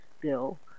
bill